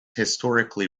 historically